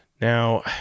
Now